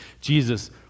Jesus